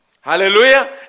Hallelujah